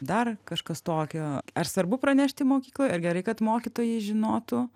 dar kažkas tokio ar svarbu pranešt į mokyklą ar gerai kad mokytojai žinotų